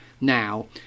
now